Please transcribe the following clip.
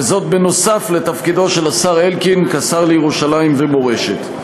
וזאת כנוסף לתפקידו של השר אלקין כשר לירושלים ומורשת.